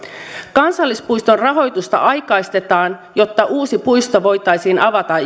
kansallispuiston rahoitusta aikaistetaan jotta uusi puisto voitaisiin avata